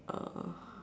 uh